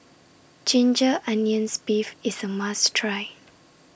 Ginger Onions Beef IS A must Try